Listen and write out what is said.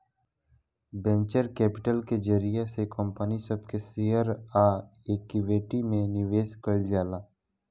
venture capital के जरिया से कंपनी सब के शेयर आ इक्विटी में निवेश कईल जाला